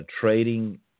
trading